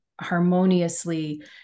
harmoniously